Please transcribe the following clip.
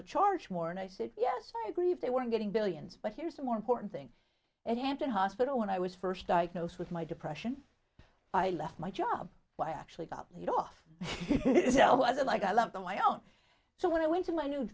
to charge more and i said yes i agree if they weren't getting billions but here's a more important thing at hampton hospital when i was first diagnosed with my depression i left my job but i actually got laid off i was like i love them my own so when i went to my new